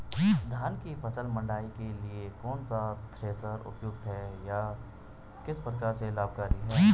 धान की फसल मड़ाई के लिए कौन सा थ्रेशर उपयुक्त है यह किस प्रकार से लाभकारी है?